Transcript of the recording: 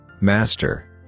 Master